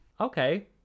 Okay